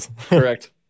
Correct